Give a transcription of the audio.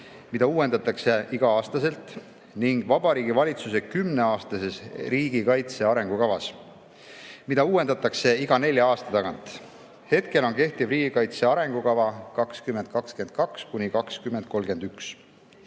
mida uuendatakse iga aasta, ning Vabariigi Valitsuse kümneaastases riigikaitse arengukavas, mida uuendatakse iga nelja aasta tagant. Hetkel kehtib "Riigikaitse arengukava 2022–2031".Kuid